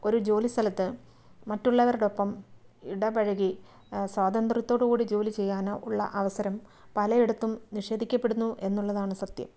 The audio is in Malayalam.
ഒരു ജോലി സ്ഥലത്ത് മറ്റുള്ളവരോടൊപ്പം ഇടപഴകി സ്വാതന്ത്യത്തോട് കൂടി ജോലി ചെയ്യാനോ ഉള്ള അവസരം പലയിടത്തും നിഷേധിക്കപ്പെടുന്നു എന്നുള്ളതാണ് സത്യം